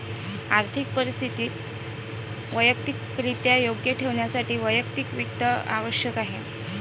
आर्थिक परिस्थिती वैयक्तिकरित्या योग्य ठेवण्यासाठी वैयक्तिक वित्त आवश्यक आहे